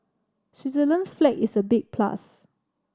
Switzerland's flag is a big plus